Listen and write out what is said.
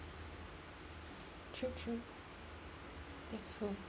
true true thankful